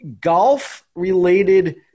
golf-related